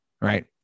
right